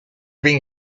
being